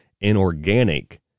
inorganic